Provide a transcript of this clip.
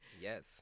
Yes